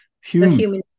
human